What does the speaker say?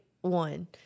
one